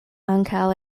ankaŭ